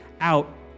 out